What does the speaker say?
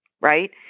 Right